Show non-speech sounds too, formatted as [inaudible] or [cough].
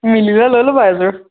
মিলি [unintelligible] ল'লো বাৰু এযোৰ